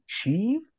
achieve